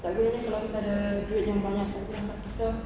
tak ada gunanya kalau kita ada duit yang banyak tapi akhlak kita